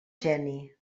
geni